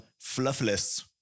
Fluffless